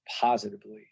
positively